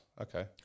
Okay